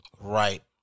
Right